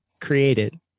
created